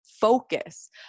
focus